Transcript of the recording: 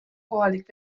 kohalik